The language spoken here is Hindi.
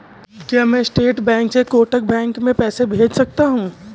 क्या मैं स्टेट बैंक से कोटक बैंक में पैसे भेज सकता हूँ?